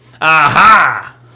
Aha